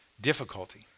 difficulty